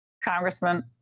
Congressman